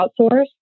outsource